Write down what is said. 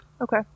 okay